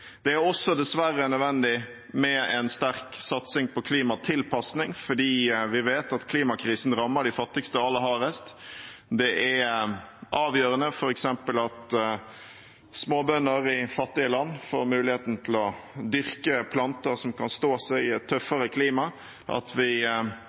Det er også dessverre nødvendig med en sterk satsing på klimatilpasning, fordi vi vet at klimakrisen rammer de fattigste aller hardest. Det er avgjørende f.eks. at små bønder i fattige land får muligheten til å dyrke planter som kan stå seg i et